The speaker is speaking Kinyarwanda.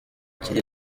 kiri